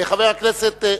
חבר הכנסת.